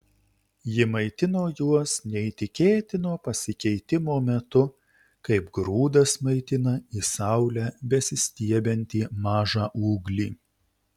ji maitino juos neįtikėtino pasikeitimo metu kaip grūdas maitina į saulę besistiebiantį mažą ūglį